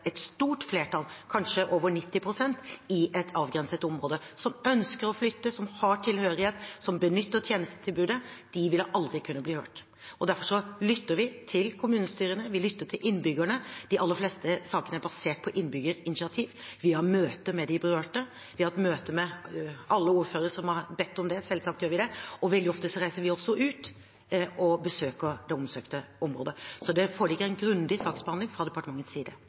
et stort flertall, kanskje over 90 pst. i et avgrenset område, som ønsker å flytte, som har tilhørighet, som benytter tjenesten – aldri ville kunne bli hørt. Derfor lytter vi til kommunestyrene. Vi lytter til innbyggerne, de aller fleste sakene er basert på innbyggerinitiativ. Vi har møte med de berørte. Vi har hatt møte med alle ordførerne som har bedt om det – selvsagt har vi det – og veldig ofte reiser vi ut og besøker det omsøkte området. Så det foreligger en grundig saksbehandling fra departementets side.